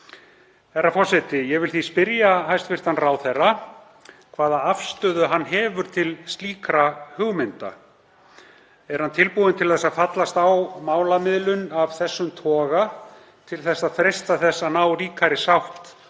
Herra forseti. Ég vil því spyrja hæstv. ráðherra hvaða afstöðu hann hefur til slíkra hugmynda. Er hann tilbúinn til að fallast á málamiðlun af þessum toga til að freista þess að ná ríkari sátt